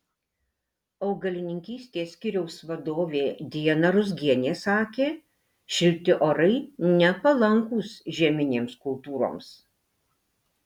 augalininkystės skyriaus vadovė dijana ruzgienė sakė šilti orai nepalankūs žieminėms kultūroms